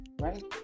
Right